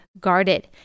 guarded